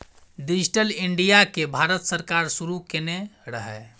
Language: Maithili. डिजिटल इंडिया केँ भारत सरकार शुरू केने रहय